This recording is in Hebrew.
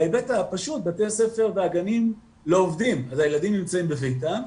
בהיבט הפשוט בתי הספר והגנים לא עובדים אז הילדים נמצאים בביתם,